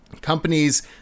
companies